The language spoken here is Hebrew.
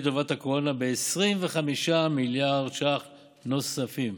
לטובת הקורונה ב-25 מיליארד ש"ח נוספים.